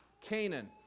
Canaan